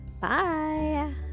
Bye